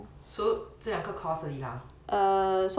so 这两个 course 而已啦